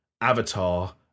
Avatar